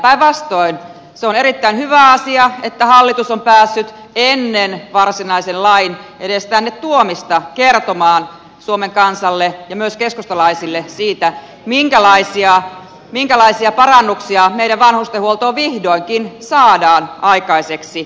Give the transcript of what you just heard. päinvastoin on erittäin hyvä asia että hallitus on päässyt ennen varsinaisen lain edes tänne tuomista kertomaan suomen kansalle ja myös keskustalaisille siitä minkälaisia parannuksia meidän vanhustenhuoltoon vihdoinkin saadaan aikaiseksi